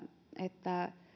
että